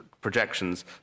projections